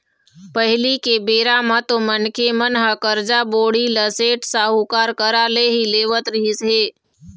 पहिली के बेरा म तो मनखे मन ह करजा, बोड़ी ल सेठ, साहूकार करा ले ही लेवत रिहिस हे